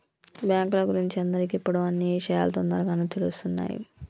బాంకుల గురించి అందరికి ఇప్పుడు అన్నీ ఇషయాలు తోందరగానే తెలుస్తున్నాయి